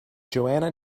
johanna